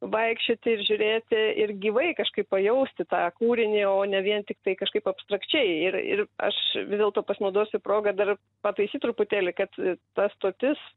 vaikščioti ir žiūrėti ir gyvai kažkaip pajausti tą kūrinį o ne vien tiktai kažkaip abstrakčiai ir ir aš vis dėlto pasinaudosiu proga dar pataisyt truputėlį kad ta stotis